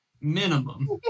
Minimum